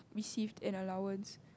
received an allowance